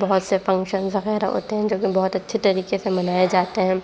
بہت سے فنکشن وغیرہ ہوتے ہیں جو کہ بہت اچھے طریقے سے منائے جاتے ہیں